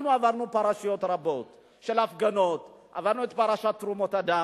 אנחנו עברנו פרשות רבות של הפגנות: עברנו את פרשת תרומות הדם,